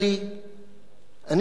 "אני איש תנועת העבודה.